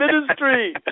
ministry